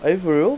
are you for real